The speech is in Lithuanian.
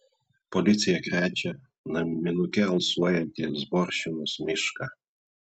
policija krečia naminuke alsuojantį zborčiznos mišką